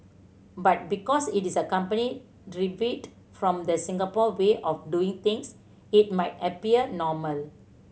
but because it is a company from the Singapore way of doing things it might appear normal